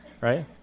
Right